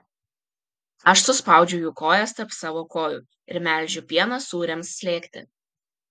aš suspaudžiu jų kojas tarp savo kojų ir melžiu pieną sūriams slėgti